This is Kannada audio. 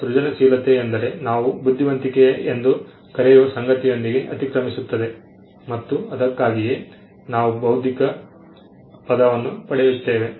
ಈಗ ಸೃಜನಶೀಲತೆ ಎಂದರೆ ನಾವು ಬುದ್ಧಿವಂತಿಕೆ ಎಂದು ಕರೆಯುವ ಸಂಗತಿಯೊಂದಿಗೆ ಅತಿಕ್ರಮಿಸುತ್ತದೆ ಮತ್ತು ಅದಕ್ಕಾಗಿಯೇ ನಾವು ಬೌದ್ಧಿಕ ಪದವನ್ನು ಪಡೆಯುತ್ತೇವೆ